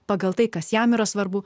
pagal tai kas jam yra svarbu